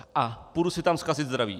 A půjdu si tam zkazit zdraví.